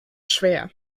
schwer